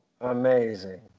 Amazing